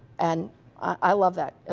and i love that! ah